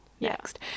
next